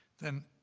then